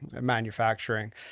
manufacturing